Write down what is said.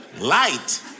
light